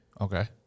Okay